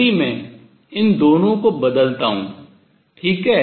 यदि में इन दोनों को बदलता हूँ ठीक है